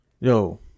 yo